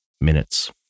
minutes